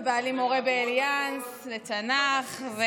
בעלי מורה באליאנס לתנ"ך.